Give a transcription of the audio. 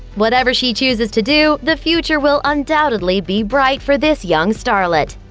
whatever she chooses to do, the future will undoubtedly be bright for this young starlet.